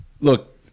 Look